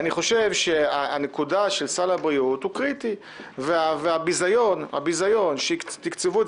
אני חושב שהנקודה של סל הבריאות היא קריטית והביזיון שתקצבו את